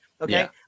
Okay